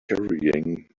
carrying